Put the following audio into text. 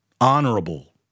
honorable